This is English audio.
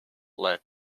led